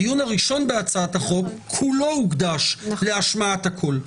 הדיון הראשון בהצעת החוק, כולו הוקדש להשמעת הקול,